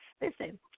Listen